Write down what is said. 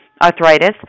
arthritis